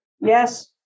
Yes